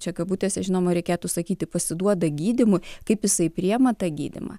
čia kabutėse žinoma reikėtų sakyti pasiduoda gydymui kaip jisai priėma tą gydymą